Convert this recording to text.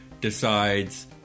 decides